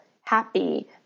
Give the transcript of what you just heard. happy